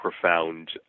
profound